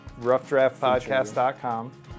Roughdraftpodcast.com